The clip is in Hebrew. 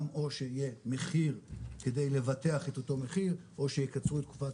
גם או שיהיה מחיר כדי לבטח את אותו מחיר או שיקצרו את תקופת